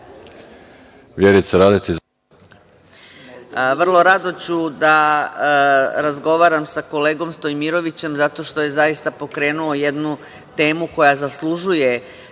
Vrlo rado ću da razgovaram sa kolegom Stojmirovićem zato što je zaista pokrenuo jednu temu koja zaslužuje